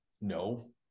no